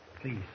Please